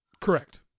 Correct